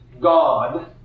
God